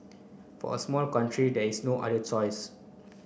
for a small country there is no other choice